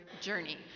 journey